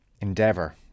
endeavor